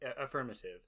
Affirmative